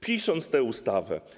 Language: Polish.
Pisząc tę ustawę.